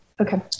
Okay